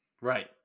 Right